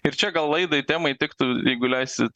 ir čia gal laidai temai tiktų jeigu leisit